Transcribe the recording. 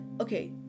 okay